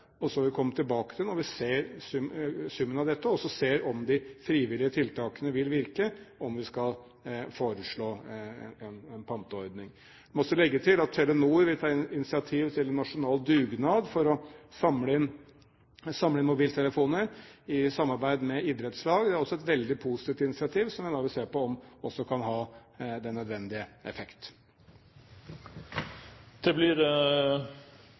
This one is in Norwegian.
og så vil vi når vi ser summen av dette og ser om de frivillige tiltakene vil virke, komme tilbake til om vi skal foreslå en panteordning. Jeg må også legge til at Telenor vil ta initiativ til en nasjonal dugnad for å samle inn mobiltelefoner i samarbeid med idrettslag. Det er også et veldig positivt initiativ, som jeg vil se på om også kan ha den nødvendige effekt. Det blir